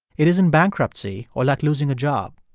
it isn't bankruptcy or like losing a job.